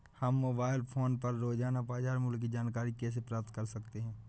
हम mobile phone पर रोजाना बाजार मूल्य की जानकारी कैसे प्राप्त कर सकते हैं?